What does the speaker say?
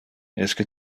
esque